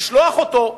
לשלוח אותו.